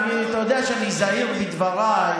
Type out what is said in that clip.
אתה יודע שאני זהיר בדבריי,